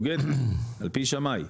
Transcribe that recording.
הוגנת על פי שמאי,